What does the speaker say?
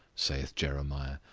saith jeremiah,